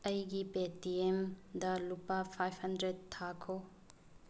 ꯑꯩꯒꯤ P T ꯑꯦꯝꯗ ꯂꯨꯄꯥ ꯐꯥꯏꯚ ꯍꯟꯗ꯭ꯔꯦꯠ ꯊꯥꯈꯣ